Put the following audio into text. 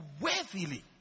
worthily